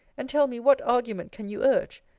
and tell me, what argument can you urge,